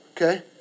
Okay